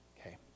Okay